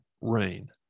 rain